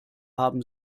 haben